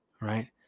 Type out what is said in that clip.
right